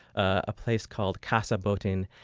a place called casa botin.